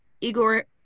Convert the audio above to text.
Igor